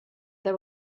they